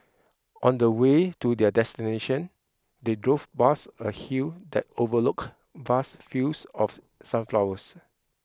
on the way to their destination they drove past a hill that overlook vast fields of sunflowers